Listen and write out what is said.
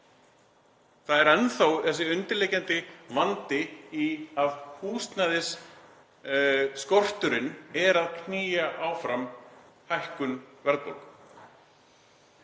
Það er enn þá þessi undirliggjandi vandi að húsnæðisskorturinn er að knýja áfram hækkun verðbólgu.